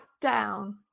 down